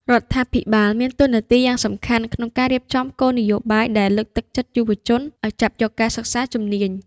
រដ្ឋាភិបាលមានតួនាទីយ៉ាងសំខាន់ក្នុងការរៀបចំគោលនយោបាយដែលលើកទឹកចិត្តយុវជនឱ្យចាប់យកការសិក្សាជំនាញ។